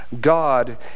God